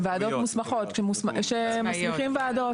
כשמסמיכים וועדות.